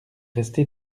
resté